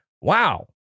Wow